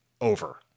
over